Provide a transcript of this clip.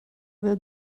will